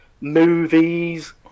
movies